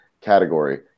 category